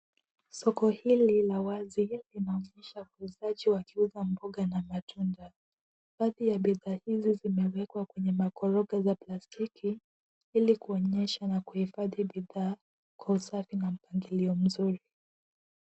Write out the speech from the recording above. Soko hili la wazi linaonyesha wauzaji wakiuza mboga na matunda. Baadhi ya bidhaa hizi zimewekwa kwenye makoroga za plastiki ili kuonyesha na kuhifadhi bidhaa kwa usafi na mpangilio mzuri.